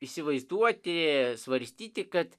įsivaizduoti svarstyti kad